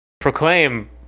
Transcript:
proclaim